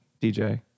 DJ